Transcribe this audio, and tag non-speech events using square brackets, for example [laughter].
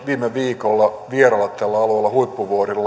viime viikolla vierailla tällä alueella huippuvuorilla [unintelligible]